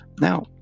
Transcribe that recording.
Now